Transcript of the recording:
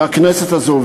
בכנסת הזאת.